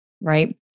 right